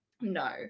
No